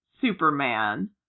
Superman